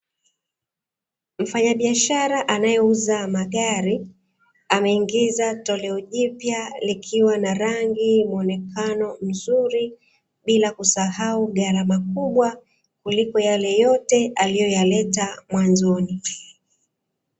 Mfanyabiashara anayeuza magari, ameingiza toleo jipya likiwa na rangi muonekano mzuri, bila kusahau gharama kubwa kuliko yale yote aliyoyaleta mwanzoni.